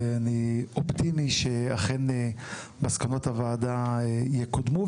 אני אופטימי שאכן מסקנות הוועדה יקודמו,